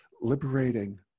liberating